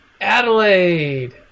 Adelaide